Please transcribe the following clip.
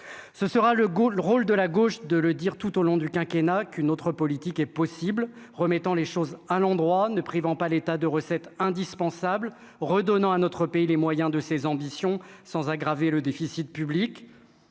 le goût, le rôle de la gauche de le dire, tout au long du quinquennat qu'une autre politique est possible, remettant les choses à l'endroit ne privant pas l'état de recettes indispensables, redonnant à notre pays les moyens de ses ambitions sans aggraver le déficit public,